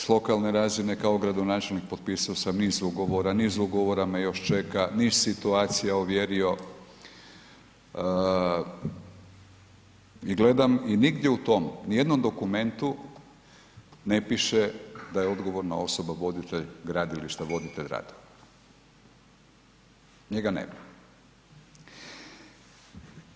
S lokalne razine kao gradonačelnik potpisao sam niz ugovora, niz ugovora me još čeka, niz situacija ovjerio i gledam i nigdje u tom ni jednom dokumentu ne piše da je odgovorna osoba voditelj gradilišta, voditelj radova, njega nema.